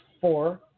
four